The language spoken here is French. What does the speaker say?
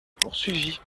poursuivit